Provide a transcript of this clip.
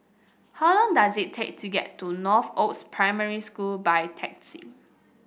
how long does it take to get to Northoaks Primary School by taxi